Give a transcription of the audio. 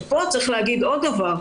פה צריך להגיד עוד דבר,